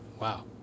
Wow